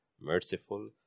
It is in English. merciful